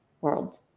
world